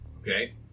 Okay